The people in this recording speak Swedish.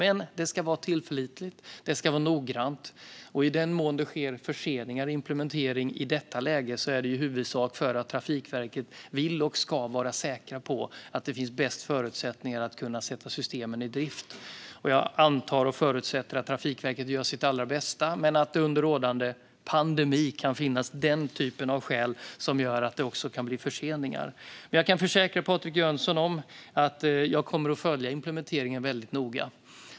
Det ska vara tillförlitligt och noggrant, och i den mån det sker förseningar i implementeringen i detta läge är det i huvudsak för att Trafikverket vill och ska vara säkert på att de bästa förutsättningarna för att kunna sätta systemet i drift finns. Jag antar och förutsätter att Trafikverket gör sitt allra bästa men att det under rådande pandemi kan finnas den typen av skäl som gör att det kan bli förseningar. Jag kan försäkra Patrik Jönsson att jag kommer att följa implementeringen noga.